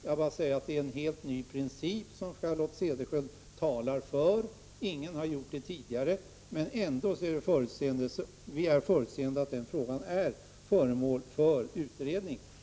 Jag bara säger att det är en helt ny princip som Charlotte Cederschiöld talar för. Ingen har tidigare gjort det. Men ändå har vi varit förutseende. Frågan är alltså föremål för utredning.